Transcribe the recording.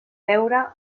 veure